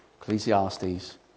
Ecclesiastes